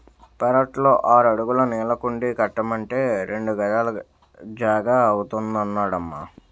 పెరట్లో ఆరడుగుల నీళ్ళకుండీ కట్టమంటే రెండు గజాల జాగా అవుతాదన్నడమ్మా